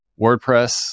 WordPress